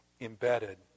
embedded